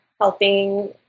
helping